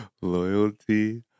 loyalty